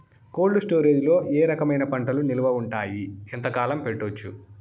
Cold storage లో ఏ రకమైన పంటలు నిలువ ఉంటాయి, ఎంతకాలం పెట్టొచ్చు?